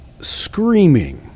screaming